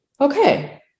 okay